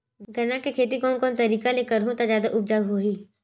गन्ना के खेती कोन कोन तरीका ले करहु त जादा उपजाऊ होही?